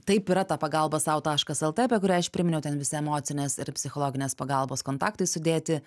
taip yra ta pagalba sau taškas lt apie kurią aš priminiau ten visi emocinės ir psichologinės pagalbos kontaktai sudėti